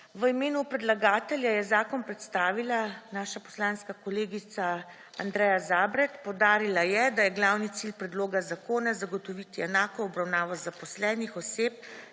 V imenu predlagatelja je zakon predstavila naša poslanska kolegica Andreja Zabret, poudarila je, da je glavni cilj predloga zakona zagotoviti enako obravnavo zaposlenih oseb